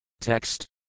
Text